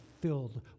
filled